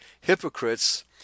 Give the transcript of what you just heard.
hypocrites